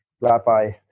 Rabbi